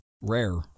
rare